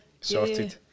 sorted